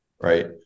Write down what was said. right